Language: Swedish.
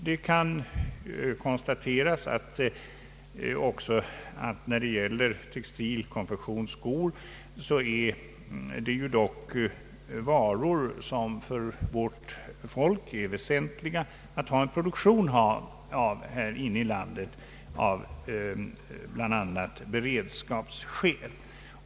Det kan också framhållas att textil-, konfektionsoch skoindustrierna producerar varor som det är av stor betydelse att vårt folk har tillgång till, bl.a. av beredskapsskäl.